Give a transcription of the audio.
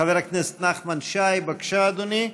חבר הכנסת נחמן שי, בבקשה, אדוני.